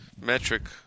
metric